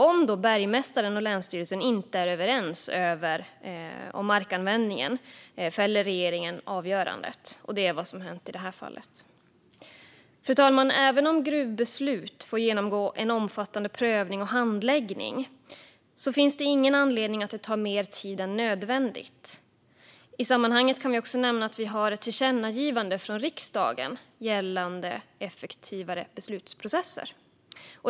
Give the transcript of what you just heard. Om bergmästaren och länsstyrelsen inte är överens om markanvändningen fäller regeringen avgörandet. Det är vad som hänt i det här fallet. Fru talman! Även om gruvbeslut får genomgå omfattande prövning och handläggning finns ingen anledning att det ska ta mer tid än nödvändigt. I sammanhanget kan vi också nämna att vi har ett tillkännagivande från riksdagen gällande effektivare beslutsprocesser.